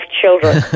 children